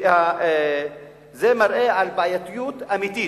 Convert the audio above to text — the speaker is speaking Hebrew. וזה מראה בעייתיות אמיתית.